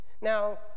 Now